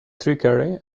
trickery